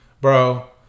bro